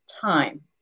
time